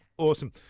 Awesome